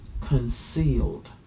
concealed